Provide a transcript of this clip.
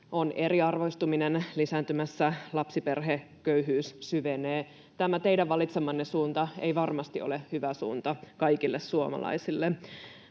on eriarvoistuminen lisääntymässä, lapsiperheköyhyys syvenee. Tämä teidän valitsemanne suunta ei varmasti ole hyvä suunta kaikille suomalaisille.